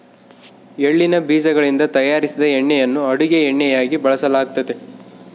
ಎಳ್ಳಿನ ಬೀಜಗಳಿಂದ ತಯಾರಿಸಿದ ಎಣ್ಣೆಯನ್ನು ಅಡುಗೆ ಎಣ್ಣೆಯಾಗಿ ಬಳಸಲಾಗ್ತತೆ